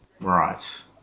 Right